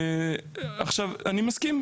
אני מסכים,